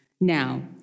Now